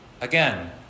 Again